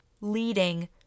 leading